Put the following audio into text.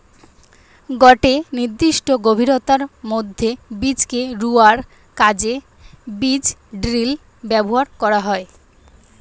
গটে নির্দিষ্ট গভীরতার মধ্যে বীজকে রুয়ার কাজে বীজড্রিল ব্যবহার করা হয়